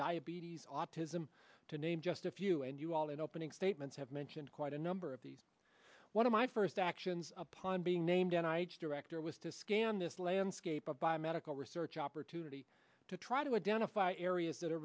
diabetes autism to name just a few and you all in opening statements have mentioned quite a number of these one of my first actions upon being named and i each directory was to scan this landscape of biomedical research opportunity to try to identify areas that are